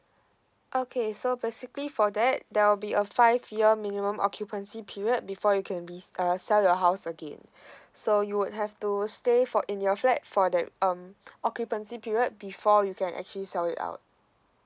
okay so basically for that there will be a five year minimum occupancy period before you can be uh sell your house again so you would have to stay for in your flat for that um occupancy period before you can actually sell it out